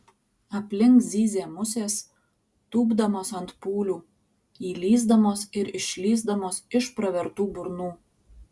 aplink zyzė musės tūpdamos ant pūlių įlįsdamos ir išlįsdamos iš pravertų burnų